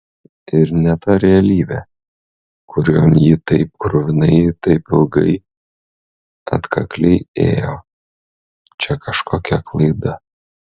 ir ne ta realybė kurion ji taip kruvinai ir taip ilgai atkakliai ėjo čia kažkokia klaida